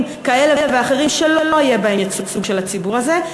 כאלה ואחרים שלא יהיה בהם ייצוג של הציבור הזה,